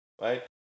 right